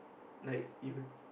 like you'd